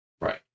Right